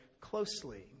closely